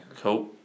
cool